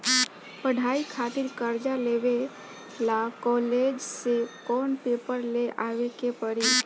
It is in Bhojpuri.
पढ़ाई खातिर कर्जा लेवे ला कॉलेज से कौन पेपर ले आवे के पड़ी?